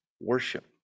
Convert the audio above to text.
worship